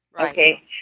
Okay